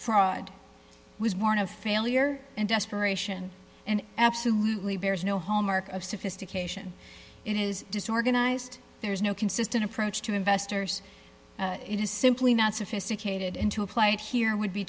fraud was born of failure and desperation and absolutely bears no home mark of sophistication in his disorganized there's no consistent approach to investors it is simply not sophisticated and to apply it here would be